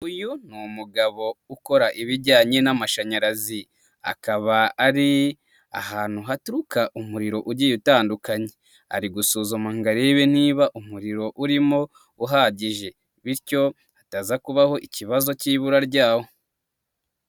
Uyu ni umugabo ukora ibijyanye n'amashanyarazi, akaba ari ahantu haturuka umuriro ugiye utandukanye, ari gusuzuma ngo arebe niba umuriro urimo uhagije bityo hataza kubaho ikibazo cy'ibura ryawo.